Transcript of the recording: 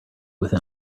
within